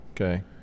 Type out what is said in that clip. Okay